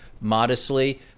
modestly